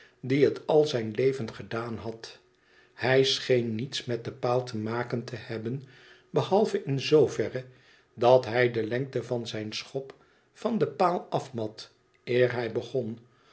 die het al zijn leven gedaan had hij scheen niets met den paal te maken te hebben behalve in zooverre dat hij de lengte van zijn schop van den paal afmat eer hij begon